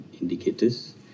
indicators